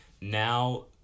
now